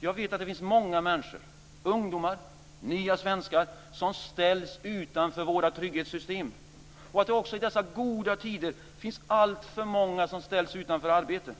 Jag vet att det finns många människor, ungdomar och nya svenskar, som ställs utanför våra trygghetssystem och att det också i dessa goda tider finns alltför många som ställs utanför arbete.